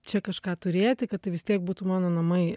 čia kažką turėti kad tai vis tiek būtų mano namai